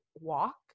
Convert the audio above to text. walk